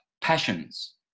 passions